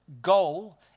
goal